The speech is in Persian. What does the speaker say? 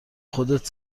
خودت